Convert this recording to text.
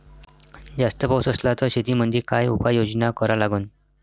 जास्त पाऊस असला त शेतीमंदी काय उपाययोजना करा लागन?